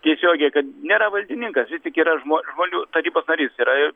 tiesiogiai kad nėra valdininkas jis tik yra žmo žmonių tarybos narys yra ir